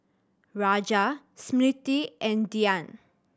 Raja Smriti and Dhyan